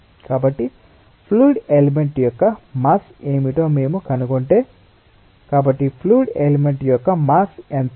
కాబట్టి fluid element యొక్క mass ఏమిటో మేము కనుగొంటే కాబట్టి ఫ్లూయిడ్ ఎలిమెంట్ యొక్క మాస్ ఎంత